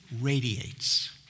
radiates